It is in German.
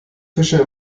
fische